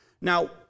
Now